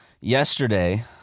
Yesterday